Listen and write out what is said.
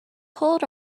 cold